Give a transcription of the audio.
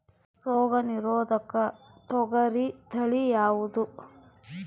ರೋಗ ನಿರೋಧಕ ತೊಗರಿ ತಳಿ ಯಾವುದು?